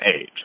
age